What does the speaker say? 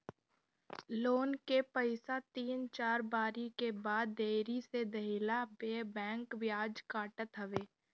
loan के पईसा तीन चार बारी के बाद देरी से देहला पअ बैंक बियाज काटत हवे